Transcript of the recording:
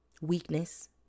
weakness